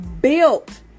built